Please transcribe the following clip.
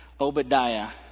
Obadiah